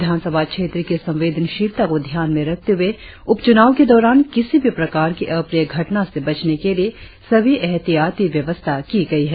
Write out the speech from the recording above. विधानसभा क्षेत्र की संवेदनशीलता को ध्यान में रखते हुए उप चुनाव के दौरान किसी भी प्रकार की अप्रिय घटना से बचने के लिए सभी एहतियाती व्यवस्था की गई है